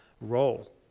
role